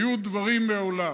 היו דברים מעולם.